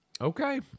Okay